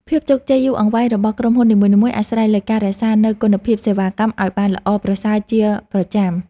ភាពជោគជ័យយូរអង្វែងរបស់ក្រុមហ៊ុននីមួយៗអាស្រ័យលើការរក្សានូវគុណភាពសេវាកម្មឱ្យបានល្អប្រសើរជាប្រចាំ។